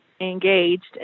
engaged